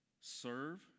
serve